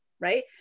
right